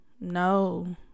No